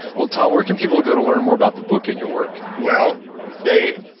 well tom, where can people go to learn more about the book and your work? well they,